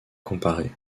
comparé